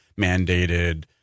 mandated